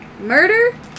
murder